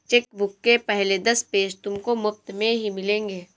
chequebook के पहले दस पेज तुमको मुफ़्त में ही मिलेंगे